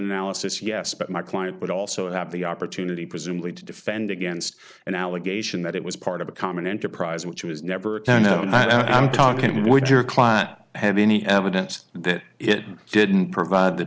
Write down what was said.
analysis yes but my client would also have the opportunity presumably to defend against an allegation that it was part of a common enterprise which was never attended i'm talking what would your client have any evidence that it didn't provide the